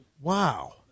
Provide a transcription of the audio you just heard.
Wow